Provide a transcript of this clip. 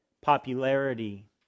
Popularity